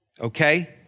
Okay